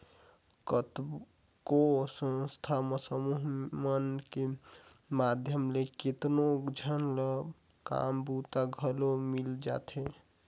कतको संस्था समूह मन के माध्यम ले केतनो झन ल काम बूता घलो मिल जाथे